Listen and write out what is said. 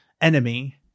enemy